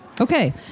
Okay